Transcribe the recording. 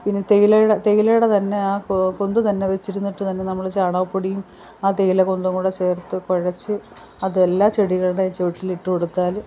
പിന്നെ തേയിലയുടെ തേയിലേടെ തന്നെയാണ് കൊന്ത് തന്നെ വെച്ചിരുന്നിട്ട് തന്നെ ചാണകപ്പൊടിയും ആ തേയില കൊന്തവും കൂടി ചേർത്ത് കുഴച്ച് അതെല്ലാ ചെടികൾടെ ചോട്ടിലിട്ട് കൊടുത്താൽ